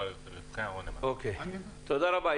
תודה רבה,